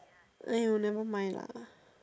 !aiyo! nevermind lah